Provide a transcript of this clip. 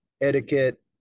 etiquette